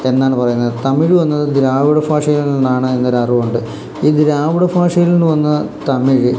എന്നാണ് പറയുന്നത് തമിഴ് വന്നത് ദ്രാവിഡ ഭാഷയിൽ നിന്നാണ് എന്നൊരു അറിവുണ്ട് ഈ ദ്രാവിഡ ഭാഷയിൽ നിന്ന് വന്ന തമിഴ്